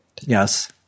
Yes